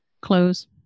close